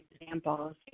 examples